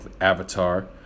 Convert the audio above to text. avatar